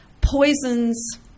poisons